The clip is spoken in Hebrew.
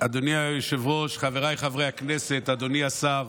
אדוני היושב-ראש, חבריי חברי הכנסת, אדוני השר,